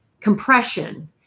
compression